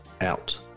out